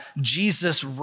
Jesus